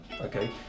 okay